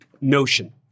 notion